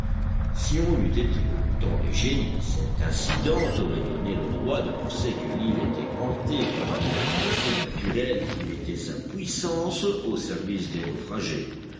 si on eût été au temps des génies cet incident aurait donné le droit de penser que l'île était hantée par un être surnaturel qui mettait sa puissance au service des naufragés